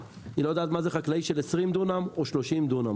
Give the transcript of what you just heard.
היא לא יודעת מה זה חקלאי של 20 דונם או 30 דונם.